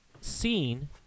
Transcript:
seen